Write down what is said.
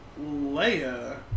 Leia